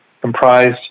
comprised